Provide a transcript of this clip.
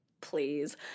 Please